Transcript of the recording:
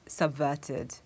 subverted